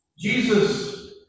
Jesus